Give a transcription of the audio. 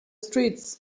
streets